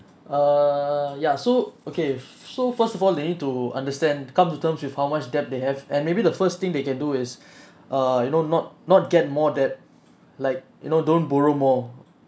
err ya so okay so first of all they need to understand come to terms with how much debt they have and maybe the first thing they can do is err you know not not get more debt like you know don't borrow more